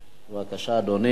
בבקשה, אדוני.